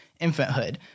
infanthood